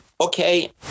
okay